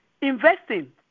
investing